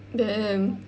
damn